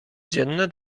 dzienne